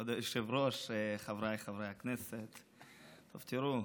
כבוד היושב-ראש וחבריי חברי הכנסת, תראו,